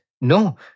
No